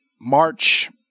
March